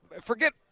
forget